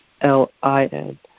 L-I-N